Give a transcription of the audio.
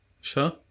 Sure